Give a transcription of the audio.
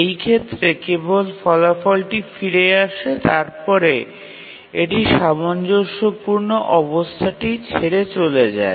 এইক্ষেত্রে কেবল ফলাফলটি ফিরে আসে তারপরে এটি সামঞ্জস্যপূর্ণ অবস্থাটি ছেড়ে চলে যায়